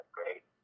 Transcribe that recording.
great